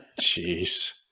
jeez